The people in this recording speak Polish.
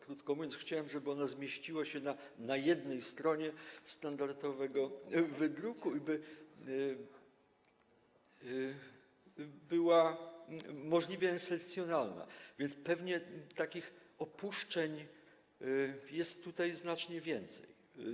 Krótko mówiąc, chciałem, żeby ona zmieściła się na jednej stronie standardowego wydruku, by była możliwie esencjonalna, więc pewnie takich opuszczeń jest tutaj znacznie więcej.